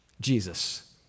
Jesus